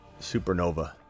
Supernova